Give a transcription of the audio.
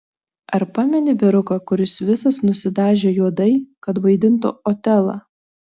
ar pameni vyruką kuris visas nusidažė juodai kad vaidintų otelą